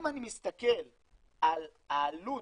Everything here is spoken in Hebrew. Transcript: אם אני מסתכל על העלות,